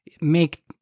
make